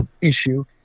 issue